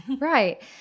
Right